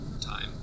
time